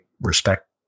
respect